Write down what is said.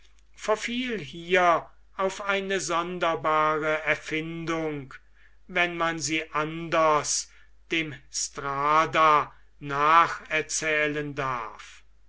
verfiel hier auf eine sonderbare erfindung wenn man sie anders dem strada nacherzählen darf